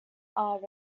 are